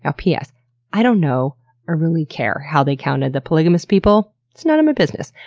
ah ps, yeah i don't know or really care how they counted the polygamous people it's none of my business.